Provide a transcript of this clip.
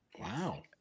wow